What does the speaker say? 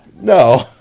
No